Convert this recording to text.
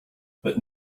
but